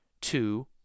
two